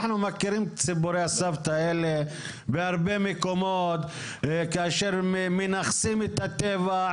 אנחנו מכירים את סיפורי הסבתא האלה בהרבה מקומות כאשר מנכסים את הטבע,